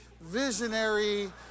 visionary